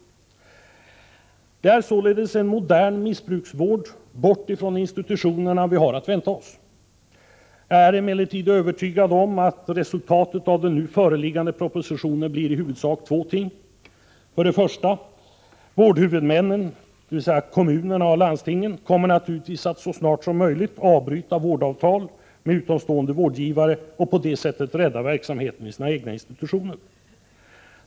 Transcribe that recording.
Det är således en modern missbrukarvård, bort från institutionerna, som vi har att vänta oss. Jag är emellertid övertygad om att resultatet av den nu föreliggande propositionen blir i huvudsak två ting: 1. Vårdhuvudmännen, dvs. kommunerna och landstingen, kommer naturligtvis att så snart som möjligt avbryta vårdavtal med utomstående vårdgivare och på det sättet rädda verksamheten vid sina egna institutioner.